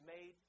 made